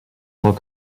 tant